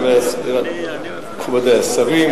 מכובדי השרים,